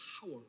power